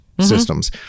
systems